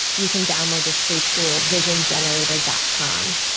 you can download this free tool. visiongenerator dot com.